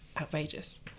Outrageous